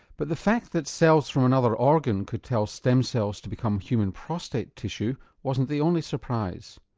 but the fact that cells from another organ could tell stem cells to become human prostate tissue wasn't the only surprise.